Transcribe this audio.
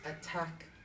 attack